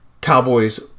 Cowboys